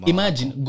Imagine